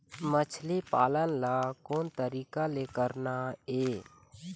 मछली पालन ला कोन तरीका ले करना ये?